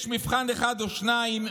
יש מבחן אחד או שניים,